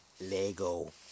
Lego